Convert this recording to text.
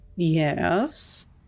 Yes